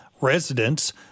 residents